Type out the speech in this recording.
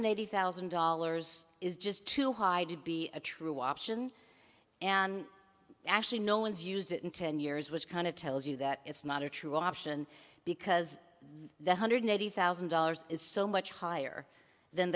hundred eighty thousand dollars is just too high to be a true option and actually no one's use it in ten years was kind of tells you that it's not a true option because the hundred eighty thousand dollars is so much higher than